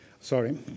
sorry